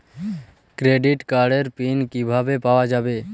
Credit কার্ডের PIN কিভাবে পাওয়া যাবে?